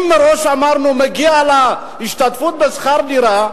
אם מראש אמרנו שמגיעה לה השתתפות בשכר דירה,